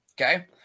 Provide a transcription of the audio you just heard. okay